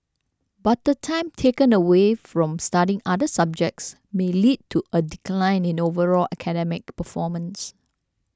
but the time taken away from studying other subjects may lead to a decline in overall academic performance